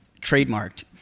Trademarked